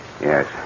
Yes